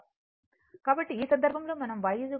కాబట్టి ఈ సందర్భంలో మనం Y G jB అని వ్రాస్తాము